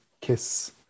kiss